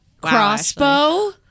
Crossbow